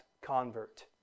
convert